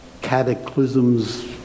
cataclysms